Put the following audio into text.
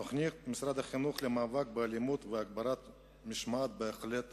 תוכנית משרד החינוך למאבק באלימות והגברת המשמעת בהחלט